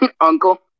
uncle